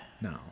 No